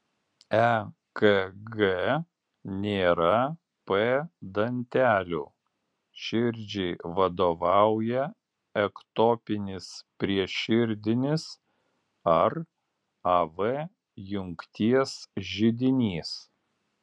ekg nėra p dantelių širdžiai vadovauja ektopinis prieširdinis ar av jungties židinys